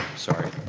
sorry.